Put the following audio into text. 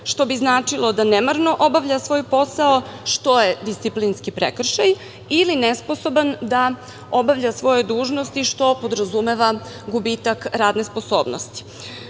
što bi značilo da nemarno obavlja svoj posao, što je disciplinski prekršaj ili nesposoban da obavlja svoje dužnosti, što podrazumeva gubitak radne sposobnosti. Dakle,